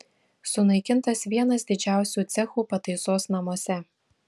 sunaikintas vienas didžiausių cechų pataisos namuose